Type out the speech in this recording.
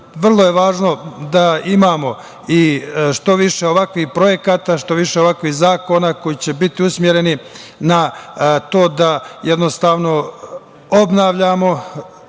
je važno da imamo što više ovakvih projekata, što više ovakvih zakona koji će biti usmereni na to da jednostavno obnavljamo